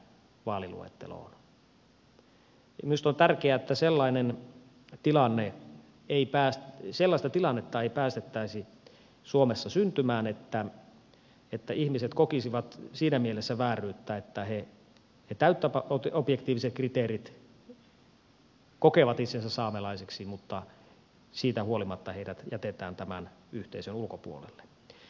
minusta on tärkeää että sellaista tilannetta ei päästettäisi suomessa syntymään että ihmiset kokisivat siinä mielessä vääryyttä että he täyttävät objektiiviset kriteerit kokevat itsensä saamelaisiksi mutta siitä huolimatta heidät jätetään tämän yhteisön ulkopuolelle